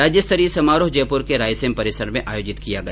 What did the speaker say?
राज्य स्तरीय समारोह जयप्र के राइसेम परिसर में आयोजित किया गया